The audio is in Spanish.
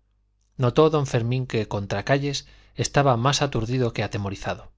puñada notó don fermín que contracayes estaba más aturdido que atemorizado